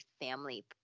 family